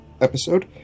episode